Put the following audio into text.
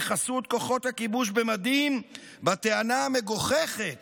בחסות כוחות הכיבוש במדים, בטענה המגוחכת